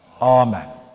Amen